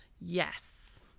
Yes